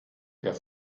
der